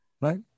Right